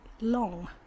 long